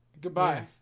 Goodbye